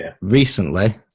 recently